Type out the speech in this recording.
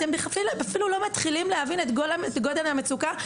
אתם אפילו לא מתחילים להבין את גודל המצוקה,